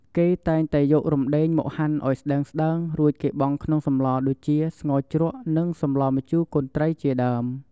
គេតែងតែយករំដេងមកហាន់ឱ្យស្តើងៗ រួចគេបង់ក្នុងសម្លដូចជា ស្ងោរជ្រក់និងសម្លម្ជូរកូនត្រីជាដើម។